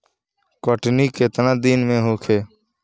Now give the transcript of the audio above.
कटनी केतना दिन में होखे?